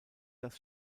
das